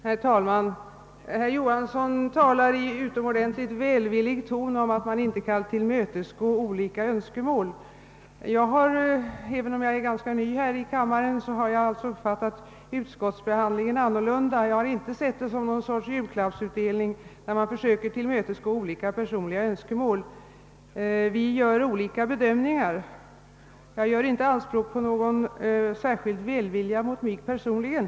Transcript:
Herr talman! Herr Johansson i Trollhättan talar i utomordentligt välvillig ton om att man inte kan tillmötesgå olika önskemål. Jag har, även om jag är ganska ny här i kammaren, uppfattat utskottsbehandlingen annorlunda. Jag har inte sett den som någon sorts julklappsutdelning, där man försöker tillmötesgå olika personliga önskemål. Vi gör alla olika bedömningar. Jag gör inte anspråk på någon särskild välvilja mot mig personligen.